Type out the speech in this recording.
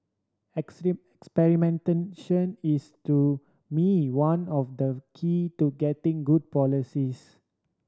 experimentation is to me one of the key to getting good policies